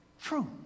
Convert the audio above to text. true